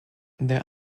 there